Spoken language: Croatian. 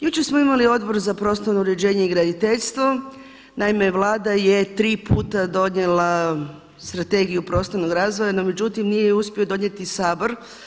Jučer smo imali Odbor za prostorno uređenje i graditeljstvo, naime Vlada je tri puta donijela Strategiju prostornog razvoja no međutim nije ju uspio donijeti Sabor.